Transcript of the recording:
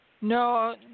No